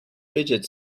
fidget